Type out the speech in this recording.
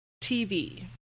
TV